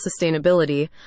sustainability